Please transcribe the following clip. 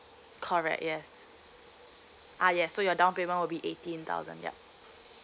correct yes uh yes so your down payment will be eighteen thousand yup